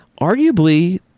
arguably